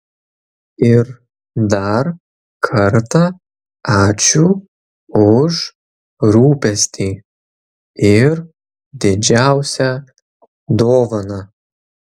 ir dar kartą ačiū už rūpestį ir didžiausią dovaną